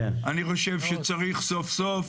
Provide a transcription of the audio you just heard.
אני חושב שצריך סוף סוף